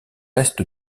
est